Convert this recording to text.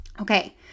Okay